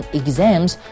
exams